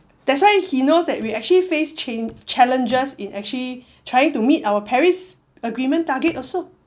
that's why he knows that we actually face cha~ challenges in actually trying to meet our paris agreement target also